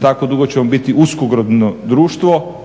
tako dugo ćemo biti uskogrudno društvo,